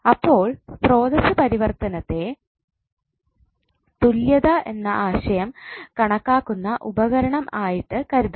അപ്പോൾ സ്രോതസ്സ് പരിവർത്തനത്തിനെ തുല്യത എന്ന ആശയം കണക്കാക്കുന്ന ഉപകരണം ആയിട്ട് കരുതാം